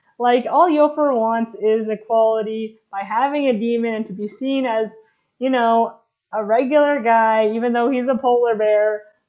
like all iofer wants is equality by having a daemon, to be seen as you know a regular guy, even though he's a polar bear.